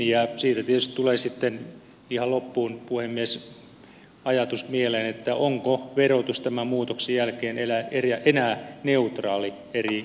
siitä tietysti tulee sitten ihan loppuun puhemies ajatus mieleen että onko verotus tämän muutoksen jälkeen enää neutraali eri kohteille